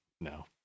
No